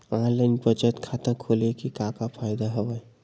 online बचत खाता खोले के का का फ़ायदा हवय